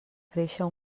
créixer